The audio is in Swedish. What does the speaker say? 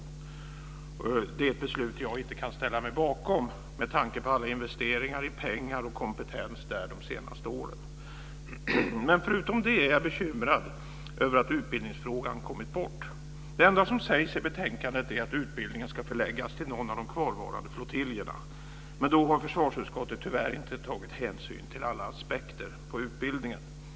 Jag kan inte ställa mig bakom ett sådant beslut, med tanke på alla investeringar som där har gjorts i pengar och kompetens under de senaste åren. Men förutom detta är jag också bekymrad över att utbildningsfrågan kommit bort. Det enda som framhålls i betänkandet är att utbildningen ska förläggas till någon av de kvarvarande flottiljerna, men då har försvarsutskottet tyvärr inte tagit hänsyn till alla aspekter på utbildningen.